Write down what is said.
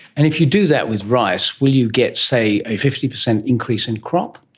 and if you do that with rice, will you get, say, a fifty percent increase in crop?